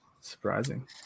Surprising